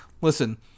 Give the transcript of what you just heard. listen